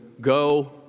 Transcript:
go